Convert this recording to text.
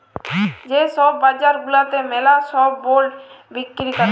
যে ছব বাজার গুলাতে ম্যালা ছব বল্ড বিক্কিরি ক্যরে